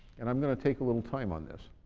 and i'm going to take a little time on this.